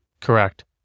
Correct